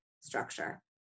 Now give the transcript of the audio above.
structure